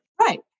Right